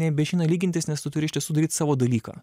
nebeišeina lygintis nes tu turi iš tiesų daryt savo dalyką